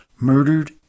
Murdered